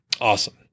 Awesome